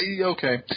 Okay